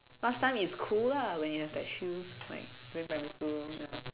last time is cool lah when you have that shoe like during primary school